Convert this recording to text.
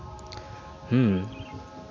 ᱦᱩᱸ